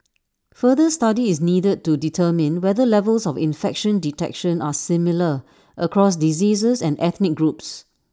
further study is needed to determine whether levels of infection detection are similar across diseases and ethnic groups